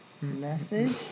Message